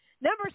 Number